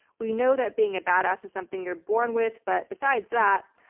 we know that being a badass is something you're born with, but besides that.